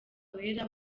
wera